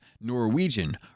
Norwegian